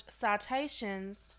citations